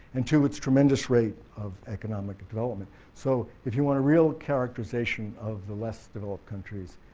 and two it's tremendous rate of economic development. so if you want a real characterization of the less developed countries,